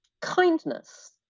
kindness